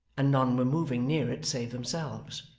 and none were moving near it save themselves.